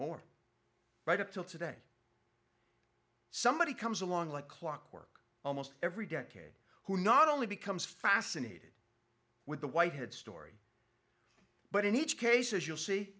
more right up till today somebody comes along like clockwork almost every day care who not only becomes fascinated with the white head story but in each case as you'll see